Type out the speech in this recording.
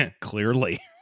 Clearly